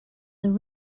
the